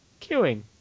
Queuing